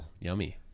yummy